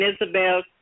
Isabel